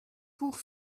pour